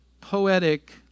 poetic